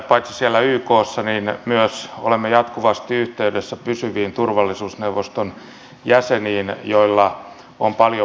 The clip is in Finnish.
paitsi siellä ykssa myös olemme jatkuvasti yhteydessä pysyviin turvallisuusneuvoston jäseniin joilla on paljon vaikutusvaltaa